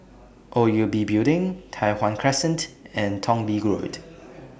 O U B Building Tai Hwan Crescent and Thong Bee Road